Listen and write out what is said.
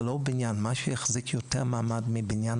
זה לא בניין; מה שיחזיק מעמד יותר מבניין